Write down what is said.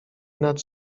nad